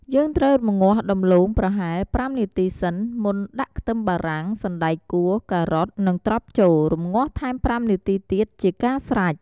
យើងត្រូវរំងាស់ដំឡូងប្រហែល ៥នាទីសិន មុនដាក់ខ្ទឹមបារាំង សណ្តែកគួរ ការុត នឹងត្រប់ចូល រំងាស់ថែម៥នាទីទៀតជាការស្រេច។